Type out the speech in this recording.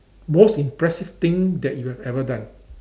most impressive thing that you have ever done